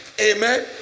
Amen